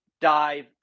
dive